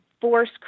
force